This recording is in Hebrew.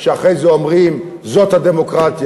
שאחרי זה אומרים: זאת הדמוקרטיה.